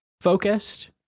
focused